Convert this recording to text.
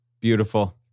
Beautiful